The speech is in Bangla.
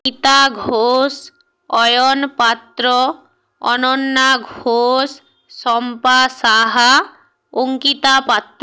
গীতা ঘোষ অয়ন পাত্র অনন্যা ঘোষ শম্পা সাহা অঙ্কিতা পাত্